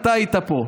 שאתה היית פה,